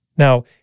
Now